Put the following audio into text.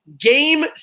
Game